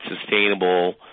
sustainable